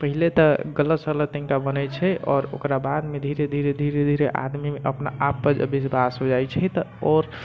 पहिले तऽ गलत सलत तनिटा बनै छै आओर ओकरा बादमे धीरे धीरे धीरे धीरे आदमीमे अपने आपपर विश्वास हो जाइ छै तऽ आओर